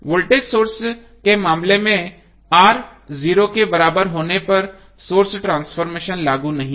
voltage source के मामले में R 0 के बराबर होने पर सोर्स ट्रांसफॉर्मेशन लागू नहीं होता है